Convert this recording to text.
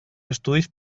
estudis